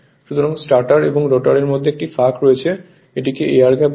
সুতরাং স্ট্যাটার এবং রোটারের মধ্যে একটি ফাঁক রয়েছে এবং এটিকে এয়ার গ্যাপ বলে